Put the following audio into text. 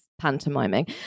pantomiming